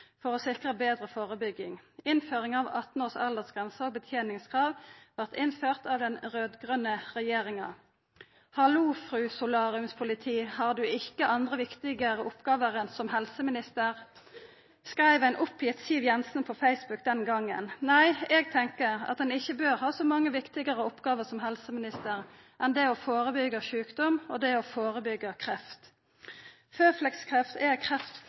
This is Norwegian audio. for å sikra betre førebygging. Innføring av 18 års aldersgrense og beteningskrav vart innført av den raud-grøne regjeringa. «Hallo fru solariumspoliti – har du ikke andre viktige oppgaver som helseminister?», skreiv ei oppgitt Siv Jensen om helseminister Anne-Grete Strøm-Erichsen på facebook den gongen. Nei, eg tenkjer at ein ikkje bør ha så mange viktigare oppgåver som helseminister enn det å førebyggja sjukdom og det å førebyggja kreft. Føflekkreft er